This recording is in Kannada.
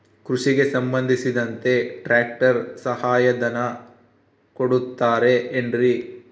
ಕೃಷಿಗೆ ಸಂಬಂಧಿಸಿದಂತೆ ಟ್ರ್ಯಾಕ್ಟರ್ ಸಹಾಯಧನ ಕೊಡುತ್ತಾರೆ ಏನ್ರಿ?